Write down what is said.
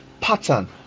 pattern